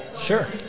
Sure